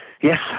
yes